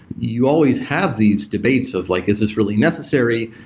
you always have these debates of like, is this really necessary?